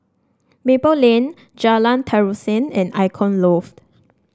Maple Lane Jalan Terusan and Icon Loft